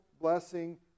blessing